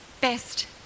best